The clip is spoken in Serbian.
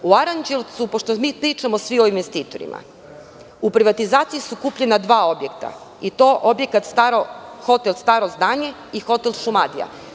U Aranđelovcu, pošto mi svi pričamo o investitorima, u privatizaciji su kupljena dva objekta, i to hotel „Staro zdanje“ i hotel „Šumadija“